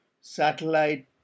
satellite